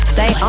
Stay